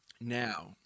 Now